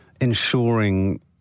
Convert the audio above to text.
ensuring